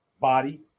body